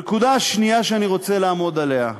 הנקודה השנייה שאני רוצה לעמוד עליה,